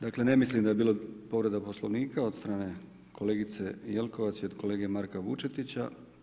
Dakle ne mislim da je bila povreda Poslovnika od strane kolegice Jelkovac i od kolege Marka Vučetića.